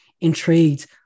intrigued